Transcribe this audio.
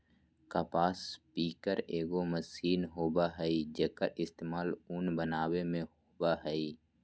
कपास पिकर एगो मशीन होबय हइ, जेक्कर इस्तेमाल उन बनावे में होबा हइ